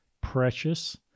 precious